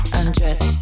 undress